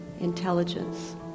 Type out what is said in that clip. intelligence